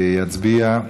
יצביע.